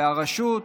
והרשות,